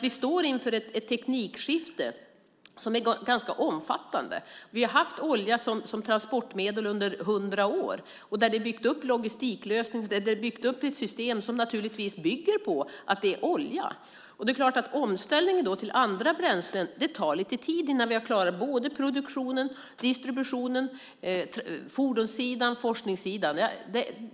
Vi står inför ett teknikskifte som är ganska omfattande. Vi har haft olja som transportmedel under hundra år, och logistiklösningar och system är naturligtvis uppbyggda kring det. Omställningen till andra bränslen tar självklart lite tid. Man ska klara både produktionen, distributionen och fordons och forskningssidan.